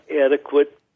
adequate